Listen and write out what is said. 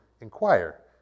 inquire